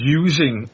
using